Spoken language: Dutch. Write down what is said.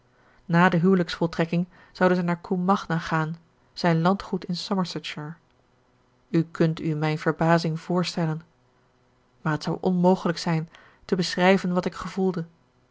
na de huwelijksvoltrekking zouden zij naar combe magna gaan zijn landgoed in somersetshire u kunt u mijn verbazing voorstellen maar t zou onmogelijk zijn te beschrijven wat ik gevoelde